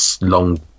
long